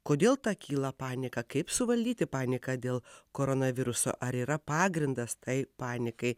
kodėl ta kyla panika kaip suvaldyti paniką dėl koronaviruso ar yra pagrindas tai panikai